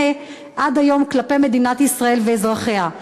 עד היום כלפי מדינת ישראל ואזרחיה.